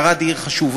ערד היא עיר חשובה.